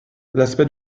l’aspect